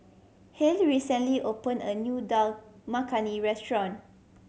Hale recently opened a new Dal Makhani Restaurant